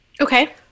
Okay